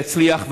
יצליח,